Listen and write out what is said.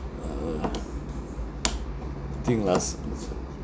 uh I think last